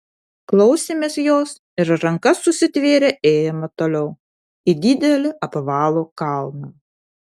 klausėmės jos ir rankas susitvėrę ėjome toliau į didelį apvalų kalną